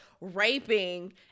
raping